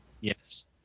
yes